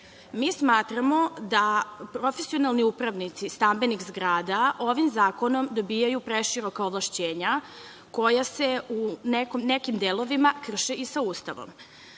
smatramo da profesionalni upravnici stambenih zgrada ovim zakonom dobijaju preširoka ovlašćenja koja se u nekim delovima krše i sa Ustavom.